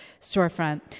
storefront